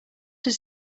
does